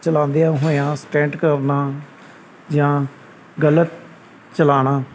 ਚਲਾਉਂਦਿਆਂ ਹੋਇਆ ਸਟੰਟ ਕਰਨਾ ਜਾਂ ਗਲਤ ਚਲਾਉਣਾ